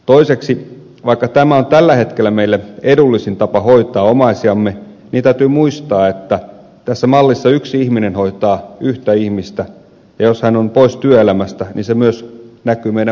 sitten vaikka tämä on tällä hetkellä meille edullisin tapa hoitaa omaisiamme täytyy muistaa että tässä mallissa yksi ihminen hoitaa yhtä ihmistä ja jos hän on pois työelämästä se myös näkyy meidän bruttokansantuotteessamme